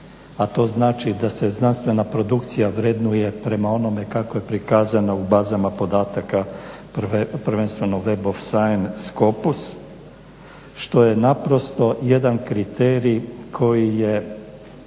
a to znači da se znanstvena produkcija vrednuje prema onome kako je prikazana u bazama podataka prvenstveno web of science …, što je naprosto jedan kriterij koji je